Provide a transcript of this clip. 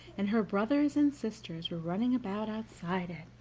and her brothers and sisters were running about outside it,